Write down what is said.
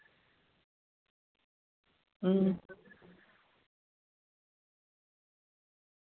अं